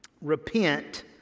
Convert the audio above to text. repent